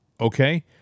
okay